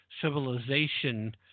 civilization